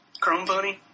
ChromePony